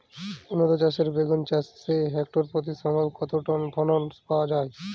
উন্নত জাতের বেগুন চাষে হেক্টর প্রতি সম্ভাব্য কত টন ফলন পাওয়া যায়?